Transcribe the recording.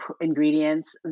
ingredients